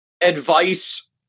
advice